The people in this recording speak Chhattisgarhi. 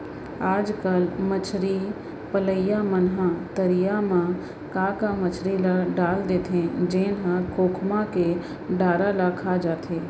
आजकल मछरी पलइया मन ह तरिया म का का मछरी ल डाल देथे जेन ह खोखमा के डारा ल खा जाथे